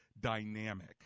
dynamic